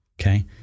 Okay